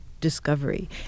discovery